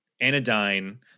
Anodyne